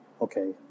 Okay